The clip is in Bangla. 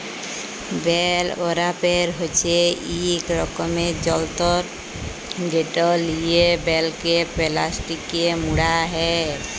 বেল ওরাপের হছে ইক রকমের যল্তর যেট লিয়ে বেলকে পেলাস্টিকে মুড়া হ্যয়